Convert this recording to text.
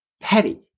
petty